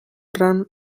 run